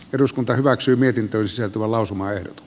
eduskunta hyväksyi mietintönsä tuo lausumaan d